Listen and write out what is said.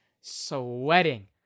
sweating